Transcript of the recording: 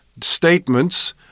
statements